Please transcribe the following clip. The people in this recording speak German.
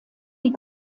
die